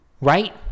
Right